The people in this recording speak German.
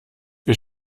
wir